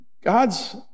God's